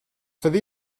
fyddi